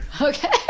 okay